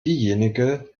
diejenige